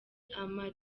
ama